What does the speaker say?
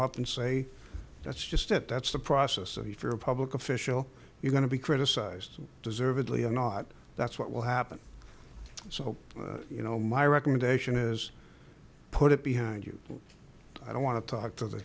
up and say that's just it that's the process of if you're a public official you're going to be criticized deservedly or not that's what will happen so you know my recommendation is put it behind you i don't want to talk to the